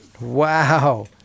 Wow